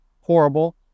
horrible